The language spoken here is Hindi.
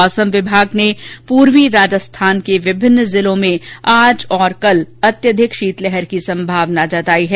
मौसम विभाग ने पूर्वी राजस्थान के विभिन्न जिलों में आज और कल अत्यधिक शीतलहर की संभावना जताई है